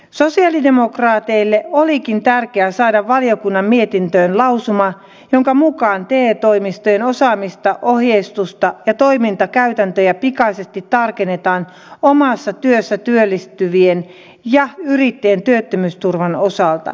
sosialidemokraateille olikin tärkeää saada valiokunnan mietintöön lausuma jonka mukaan te toimistojen osaamista ohjeistusta ja toimintakäytäntöjä pikaisesti tarkennetaan omassa työssä työllistyvien ja yrittäjien työttömyysturvan osalta